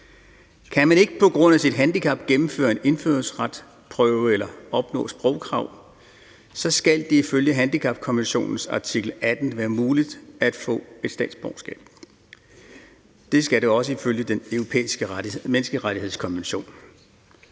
Kan man ikke på grund af sit handicap gennemføre en indfødsretsprøve eller indfri sprogkravene, skal det ifølge handicapkonventionens artikel 18 være muligt at få et statsborgerskab. Det skal det også ifølge Den Europæiske Menneskerettighedskonvention.